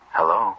Hello